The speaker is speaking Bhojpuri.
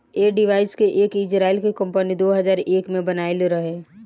ऐ डिवाइस के एक इजराइल के कम्पनी दो हजार एक में बनाइले रहे